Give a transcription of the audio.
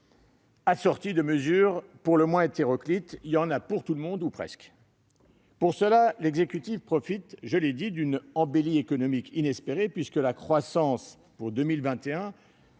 assorti de mesures pour le moins hétéroclites. Il y en a pour tout le monde, ou presque ! Pour cela, l'exécutif profite d'une embellie économique inespérée, puisque la croissance pour 2021